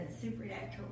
supernatural